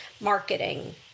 marketing